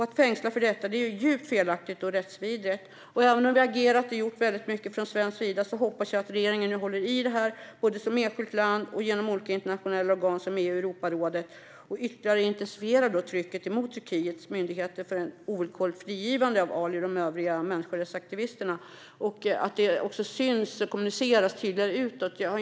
Att fängsla dem för detta är djupt felaktigt och rättsvidrigt. Även om vi har agerat och gjort mycket från svensk sida hoppas jag att regeringen håller i detta, både som enskilt land och genom olika internationella organ som EU och Europarådet, och ytterligare intensifierar trycket mot Turkiets myndigheter för ett ovillkorligt frigivande av Ali Gharavi och de övriga människorättsaktivisterna. Jag hoppas också att det kommer att synas och kommuniceras tydligare utåt.